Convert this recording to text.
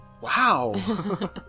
Wow